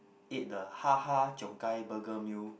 ate the Ha Ha-Cheong-Gai burger meal